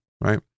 Right